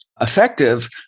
effective